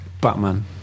Batman